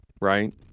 right